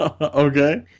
Okay